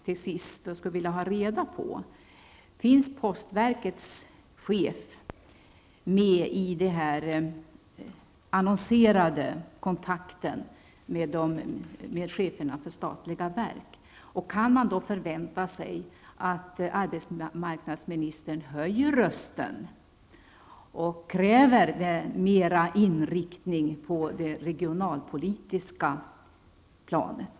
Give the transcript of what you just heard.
Jag skulle dock vilja ha reda på om postverkets chef finns med i den annonserade kontakten med chefer för statliga verk. Kan man förvänta sig att arbetsmarknadsministern höjer rösten och kräver en större inriktning på det regionalpolitiska planet?